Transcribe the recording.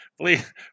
Please